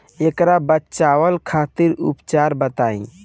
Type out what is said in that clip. ऐकर बचाव खातिर उपचार बताई?